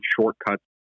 shortcuts